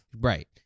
Right